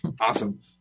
Awesome